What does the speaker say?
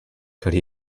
could